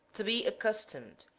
to be accustomed,